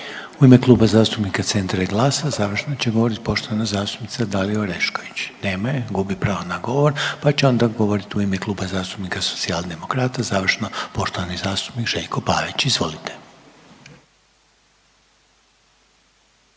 U ime Kluba zastupnika Centra i GLAS-a završno će govorit poštovana zastupnica Dalija Orešković, nema je, gubi pravo na govor, pa će onda govoriti u ime Kluba zastupnika Socijaldemokrata završno poštovani zastupnik Željko Pavić, izvolite.